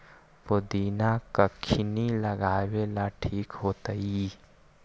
पुदिना कखिनी लगावेला ठिक होतइ?